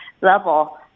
level